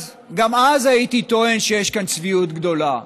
גם אז הייתי טוען שיש כאן צביעות גדולה,